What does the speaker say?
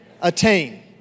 attain